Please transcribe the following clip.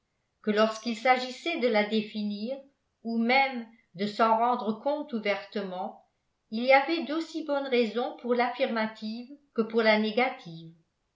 que lorsqu'il s'agissait de la définir ou même de s'en rendre compte ouvertement il y avait d'aussi bonnes raisons pour l'affirmative que pour la négative